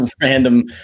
random